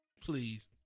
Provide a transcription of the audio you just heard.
please